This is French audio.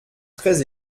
très